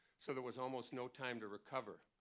so there was almost no time to recover.